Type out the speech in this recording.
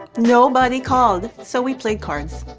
nobody called. so, we played cards.